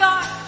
God